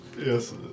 Yes